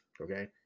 Okay